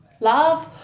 love